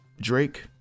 Drake